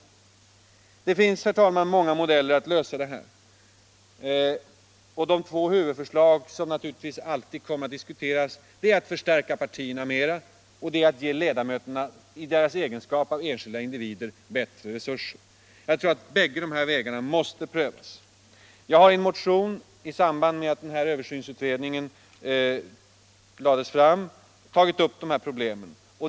Det finns, herr talman, många modeller för en lösning av det här problemet. De två huvudförslag, som naturligt kommer i förgrunden, är att förstärka partierna mera och att ge ledamöterna, i deras egenskap av enskilda individer, bättre resurser. Jag tror att båda dessa vägar måste prövas. Jag har i en motion i samband med att översynsutredningen lade fram sitt betänkande tagit upp dessa problem.